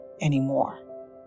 anymore